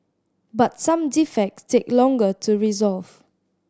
but some defects take longer to resolve